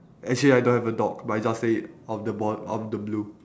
actually I don't have a dog but I just say it out of the ball out of the blue